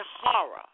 horror